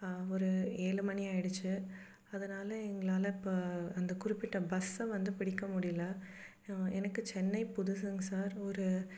ஒரு ஏழு மணி ஆகிடுச்சு அதனால எங்களால் இப்போ அந்த குறிப்பிட்ட பஸ்ஸை வந்து பிடிக்க முடியிலை எனக்கு சென்னை புதுசுங்க சார் ஒரு